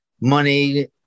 money